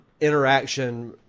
interaction